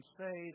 say